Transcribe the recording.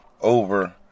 over